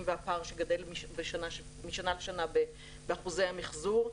והפער שגדל משנה לשנה באחוזי המיחזור.